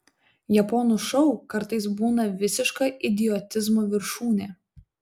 japonų šou kartais būna visiška idiotizmo viršūnė